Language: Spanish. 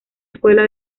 escuela